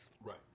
right